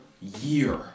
year